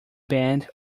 band